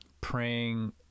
praying